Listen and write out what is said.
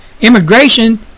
immigration